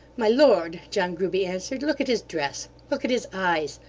my lord john grueby answered, look at his dress, look at his eyes,